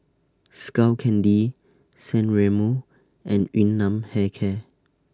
Skull Candy San Remo and Yun Nam Hair Care